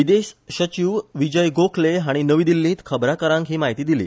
विदेश सचिव विजय गोखले हाणी नवी दिल्लींत खबराकारांक हि म्हायती दिली